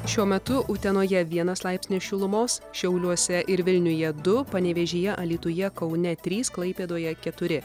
šiuo metu utenoje vienas laipsnis šilumos šiauliuose ir vilniuje du panevėžyje alytuje kaune trys klaipėdoje keturi